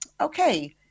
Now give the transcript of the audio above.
Okay